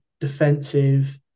defensive